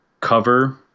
cover